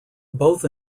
both